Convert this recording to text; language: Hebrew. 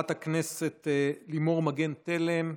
חברת הכנסת לימור מגן תלם,